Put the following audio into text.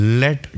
let